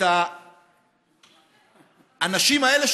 האנשים האלה,